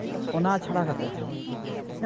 ᱚᱱᱟ ᱪᱷᱟᱲᱟ ᱠᱟᱛᱮᱫ ᱦᱚᱸ